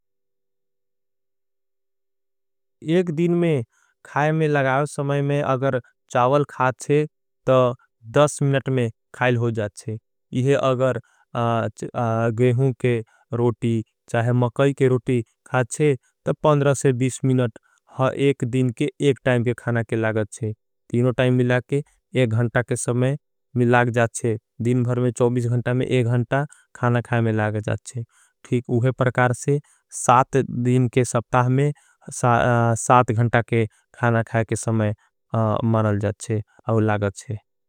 एक दिन में खाय में लगाव समय में अगर चावल खाँचे। तो दस मिनट में खायल हो जाच्छे यह अगर गेहुं के रोटी। चाहे मकई के रोटी खाँचे तो से मिनट एक दिन के एक। टाइम के खाणा के लगच्छे तीनो टाइम मिलाके एक घंटा। के समय मिलाग जाच्छे दिन भर में घंटा में एक घंटा। खाणा खाय में लगच्छे ठीक उहे परकार से दिन के। सप्ताह में घंटा के खाणा खाय के समय लगच्छे।